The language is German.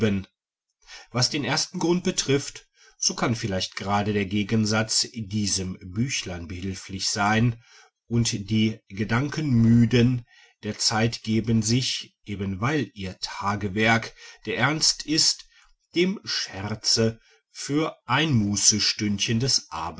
was den ersten grund betrifft so kann vielleicht gerade der gegensatz diesem büchlein behilflich sein und die gedankenmüden der zeit geben sich eben weil ihr tagewerk der ernst ist dem scherze für ein mußestündchen des